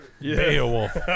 Beowulf